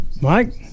Mike